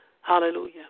Hallelujah